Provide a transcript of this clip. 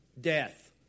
death